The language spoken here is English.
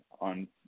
on